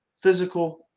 physical